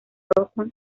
rojo